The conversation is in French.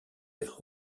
vers